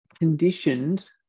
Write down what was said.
conditioned